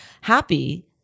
happy